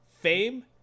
fame